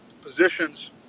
positions